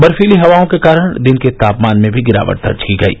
बर्फीली हवाओं के कारण दिन के तापमान में मी गिरावट दर्ज की गयी